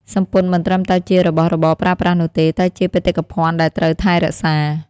សំពត់មិនត្រឹមតែជារបស់របរប្រើប្រាស់នោះទេ តែជាបេតិកភណ្ឌដែលត្រូវថែរក្សា។